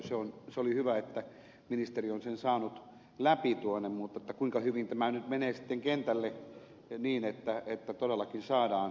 se oli hyvä että ministeri on sen saanut läpi tuonne mutta kuinka hyvin tämä nyt menee sitten kentälle niin että todellakin saadaan kohtuullisuutta tähän